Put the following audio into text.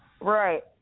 Right